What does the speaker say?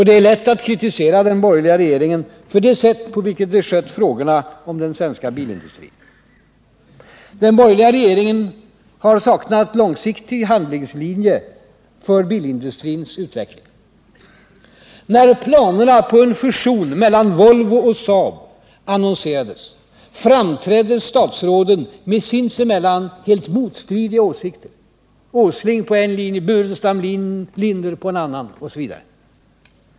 Det är lätt att kritisera den borgerliga regeringen för det sätt på vilket den skött frågorna om den svenska bilindustrin. Den borgerliga regeringen har saknat långsiktig handlingslinje för bilindustrins utveckling. När planerna på en fusion mellan Volvo och SAAB annonserades framträdde statsråden med sinsemellan helt motstridiga åsikter, Nils Åsling på en linje, Staffan Burenstam Linder på en annan osv.